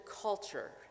culture